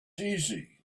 easy